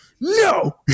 No